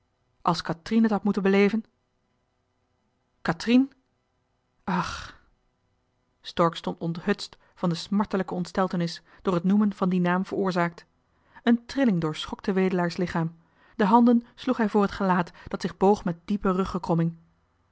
kathrien het had moeten beleven kathrien ach stork stond onthutst van de smartelijke ontsteltenis door het noemen van dien naam veroorzaakt een trilling doorschokte wedelaar's lichaam de handen sloeg hij voor het gelaat dat zich boog met diepe